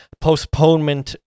Postponement